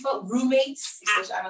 roommates